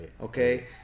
Okay